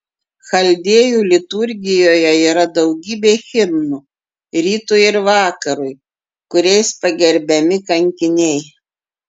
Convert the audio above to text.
chaldėjų liturgijoje yra daugybė himnų rytui ir vakarui kuriais pagerbiami kankiniai